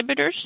inhibitors